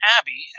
Abby